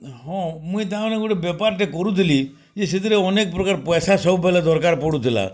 ହଁ ମୁଇ ତା ମାନେ ଗୋଟେ ବେପାରଟେ କରୁଥିଲି ଯେ ସେଥିରେ ଅନେକ ପ୍ରକାର ପଇସା ସବୁବେଳେ ଦରକାର ପଡ଼ୁ ଥିଲା